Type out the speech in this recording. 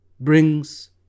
Brings